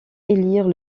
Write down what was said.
élire